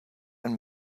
and